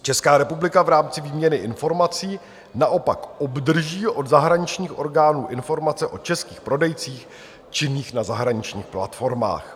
Česká republika v rámci výměny informací naopak obdrží od zahraničních orgánů informace o českých prodejcích činných na zahraničních platformách.